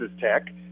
Tech